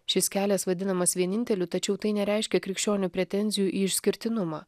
šis kelias vadinamas vieninteliu tačiau tai nereiškia krikščionių pretenzijų į išskirtinumą